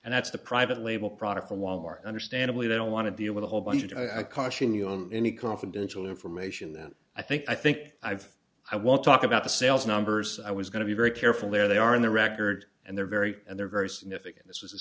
and that's the private label product for wal mart understandably don't want to deal with a whole bunch of i caution you on any confidential information that i think i think i've i won't talk about the sales numbers i was going to be very careful where they are in the record and they're very and they're very significant this is a